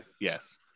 yes